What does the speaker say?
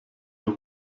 der